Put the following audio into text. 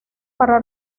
para